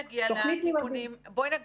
בנושא של תוכנית "ממדים ללימודים" אני רוצה